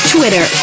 Twitter